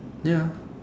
ya